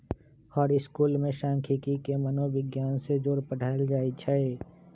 हर school में सांखियिकी के मनोविग्यान से जोड़ पढ़ायल जाई छई